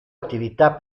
attività